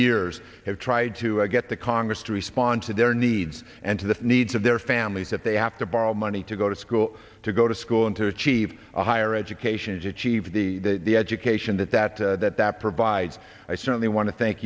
years have tried to get the congress to respond to their needs and to the needs of their families that they have to borrow money to go to school to go to school and to achieve a higher education achieve the education that that that that provides i certainly want to thank